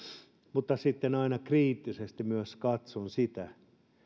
mutta sitten aina kriittisesti myös katson sitä